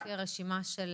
לפי הרשימה.